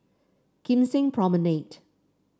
Kim Seng Promenade